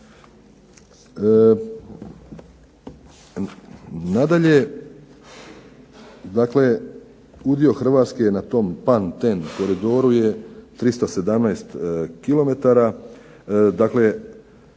Nadalje, dakle, udio Hrvatske na tom Pan ten koridoru je 317 km, ovdje